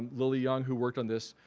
lily young who worked on this,